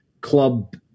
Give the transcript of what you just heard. club